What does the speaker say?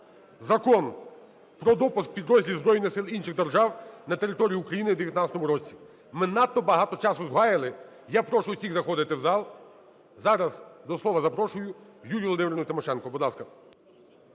Закон про допуск підрозділів збройних сил інших держав на територію України в 2019 році. Ми надто багато часу згаяли. Я прошу всіх заходити в зал. Зараз до слова запрошую Юлію Володимирівну Тимошенко,